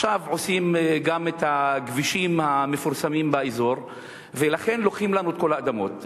ועכשיו עושים גם את הכבישים באזור ולכן לוקחים לנו את כל האדמות.